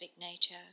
nature